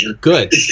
Good